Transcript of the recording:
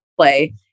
play